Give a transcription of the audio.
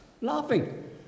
Laughing